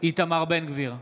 איתמר בן גביר,